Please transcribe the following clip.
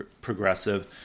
progressive